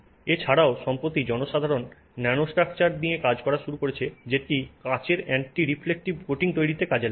এছাড়াও সম্প্রতি জনসাধারণ ন্যানোস্ট্রাকচার নিয়ে কাজ করা শুরু করেছে যেটি কাচের অ্যান্টি রিফ্লেকটিভ কোটিং তৈরিতে কাজে লাগে